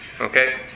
Okay